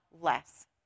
less